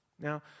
Now